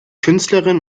künstlerin